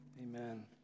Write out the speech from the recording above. Amen